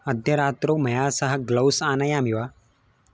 अद्य रात्रौ मया सह ग्लौस् आनयामि वा